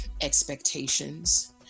expectations